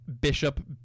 bishop